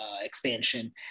expansion